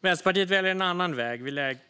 Vänsterpartiet väljer en annan väg.